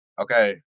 Okay